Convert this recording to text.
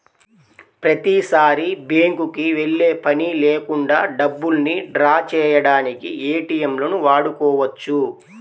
ప్రతిసారీ బ్యేంకుకి వెళ్ళే పని లేకుండా డబ్బుల్ని డ్రా చేయడానికి ఏటీఎంలను వాడుకోవచ్చు